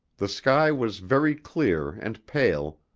the sky was very clear and pale,